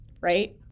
right